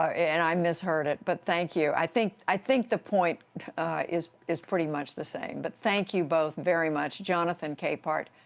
i misheard it. but thank you. i think i think the point is is pretty much the same. but thank you both very much, jonathan capehart,